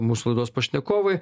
mūsų laidos pašnekovai